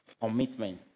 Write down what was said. commitment